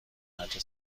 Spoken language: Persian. هرچه